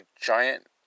giant